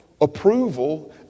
approval